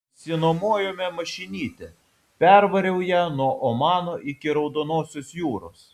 išsinuomojome mašinytę pervariau ja nuo omano iki raudonosios jūros